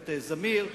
השופט זמיר.